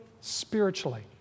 spiritually